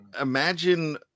imagine